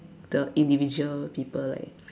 the individual people like